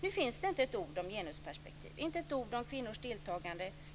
Nu finns det inte ett ord om genusperspektivet, inte ett ord om kvinnors deltagande.